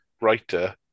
writer